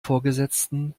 vorgesetzten